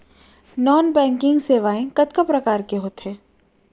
non banking सेवाएं कतका प्रकार के होथे